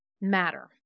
matter